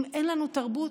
אם אין לנו תרבות,